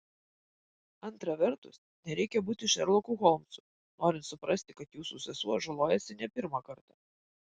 antra vertus nereikia būti šerloku holmsu norint suprasti kad jūsų sesuo žalojasi ne pirmą kartą